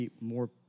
more